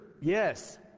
Yes